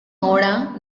hora